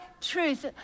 truth